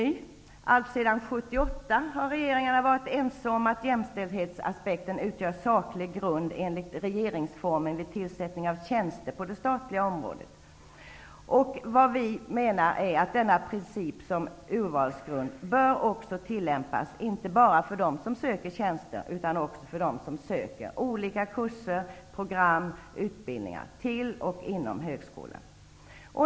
Allt sedan 1978 har regeringarna varit ense om att jämställdhetsaspekten utgör saklig grund enligt regeringsformen vid tillsättning av tjänster på det statliga området. Vad vi menar är att denna princip som urvalsgrund bör tillämpas inte bara för dem som söker tjänster utan också för dem som söker kurser, program och utbildningar till och inom högskolan.